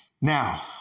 Now